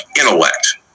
intellect